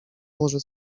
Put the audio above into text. może